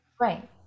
Right